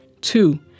Two